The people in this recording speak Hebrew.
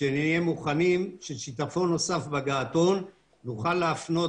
שנהיה מוכנים ואם יהיה שיטפון נוסף בגעתון נוכל להפנות